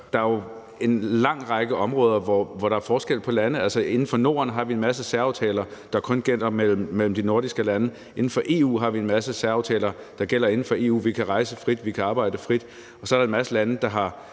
der er jo en lang række områder, hvor der er forskel på landene. Altså, inden for Norden har vi en masse særaftaler, der kun gælder mellem de nordiske lande. Inden for EU har vi en masse særaftaler, der gælder inden for EU – vi kan rejse frit, vi kan arbejde frit. Og så er der en masse lande, der har